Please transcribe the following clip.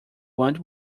want